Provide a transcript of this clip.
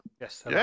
Yes